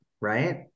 right